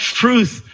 truth